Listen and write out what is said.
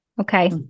Okay